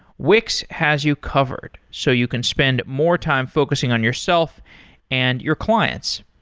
wix has you covered, so you can spend more time focusing on yourself and your clients.